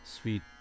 sweet